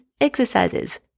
exercises